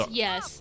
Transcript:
yes，